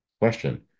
question